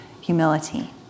humility